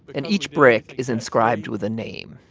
and each brick is inscribed with a name.